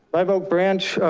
live oak branch,